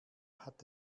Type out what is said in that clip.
hat